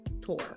tour